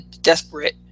desperate